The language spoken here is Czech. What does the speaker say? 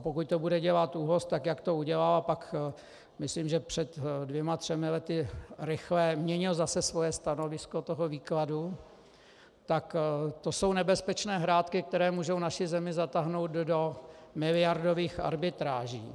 Pokud to bude dělat ÚOHS, tak jak to udělal, a pak, myslím, před dvěma třemi lety rychle měnil zase svoje stanovisko toho výkladu, tak to jsou nebezpečné hrátky, které můžou naši zemi zatáhnout do miliardových arbitráží.